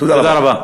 תודה רבה.